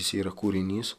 jis yra kūrinys